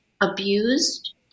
abused